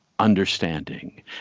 understanding